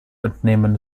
entnehmen